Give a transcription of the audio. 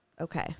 Okay